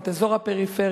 את אזור הפריפריה,